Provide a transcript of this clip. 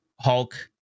hulk